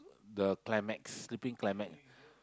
the climax the sleeping climate